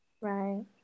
Right